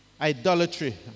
Idolatry